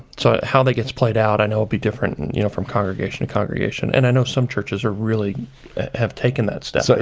so how that gets played out, i know it'll be different you know from congregation to congregation, and i know some churches really have taken that step. so